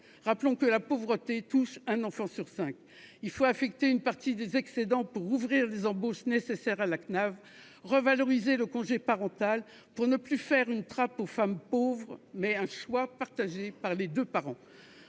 Rappelons que la pauvreté touche un enfant sur cinq. Il faut affecter une partie des excédents pour rouvrir les embauches nécessaires à la Cnaf, revaloriser le congé parental pour en faire non plus une trappe aux femmes pauvres, mais un choix partagé par les deux parents.